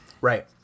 Right